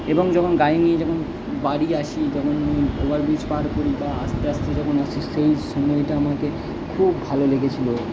এবং যখন গাড়ি নিয়ে যখন বাড়ি আসি যখন ওভার ব্রিজ পার করি বা আস্তে আস্তে যখন আসি সেই সময়টা আমাকে খুব ভালো লেগেছিলো